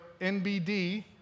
NBD